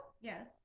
Yes